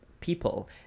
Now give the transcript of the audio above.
people